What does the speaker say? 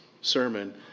sermon